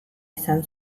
izan